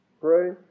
Pray